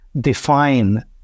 define